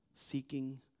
Seeking